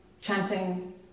chanting